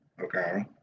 okay